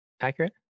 accurate